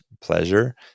pleasure